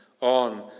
on